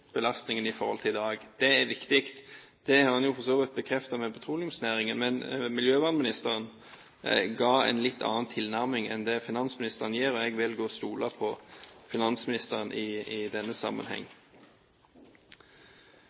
belastningen i forhold til i dag. Det er viktig. Det har en jo for så vidt bekreftet for petroleumsnæringen, men miljøvernministeren ga en litt annen tilnærming enn det finansministeren gir, og jeg velger å stole på finansministeren i denne sammenheng.